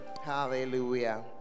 Hallelujah